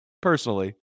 Personally